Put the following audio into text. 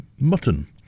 mutton